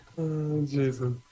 Jesus